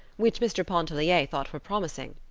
which mr. pontellier thought were promising.